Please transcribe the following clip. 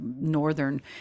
northern